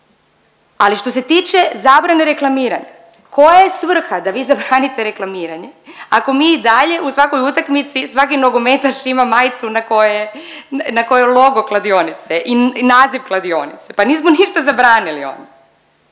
Ali što se tiče zabrane reklamiranja, koja je svrha da vi zabranite reklamiranje ako mi i dalje u svakoj utakmici svaki nogometaš ima majicu na kojoj je, na kojoj je logo kladionice i naziv kladionice, pa nismo ništa zabranili onda,